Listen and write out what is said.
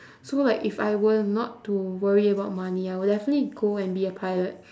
so like if I were not to worry about money I would definitely go be a pilot